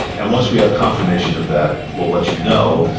and once we have confirmation of that we'll let you know,